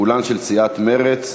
כולן של סיעת מרצ.